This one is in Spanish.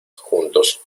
juntos